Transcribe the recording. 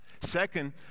Second